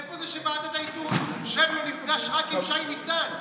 איפה זה שוועדת האיתור, שרלו נפגש רק עם שי ניצן.